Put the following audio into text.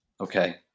Okay